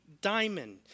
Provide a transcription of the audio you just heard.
diamond